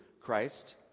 Christ